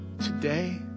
today